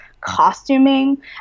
costuming